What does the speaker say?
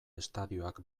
estadioak